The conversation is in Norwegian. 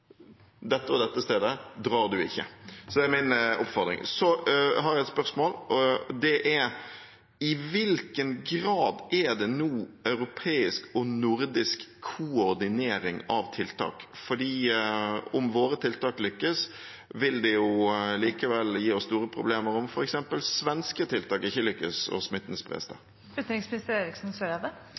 og det stedet drar en ikke til. Det er min oppfordring. Så har jeg et spørsmål. Det er: I hvilken grad er det nå europeisk og nordisk koordinering av tiltak? Om våre tiltak lykkes, vil det likevel gi oss store problemer om svenske tiltak ikke lykkes og